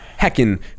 heckin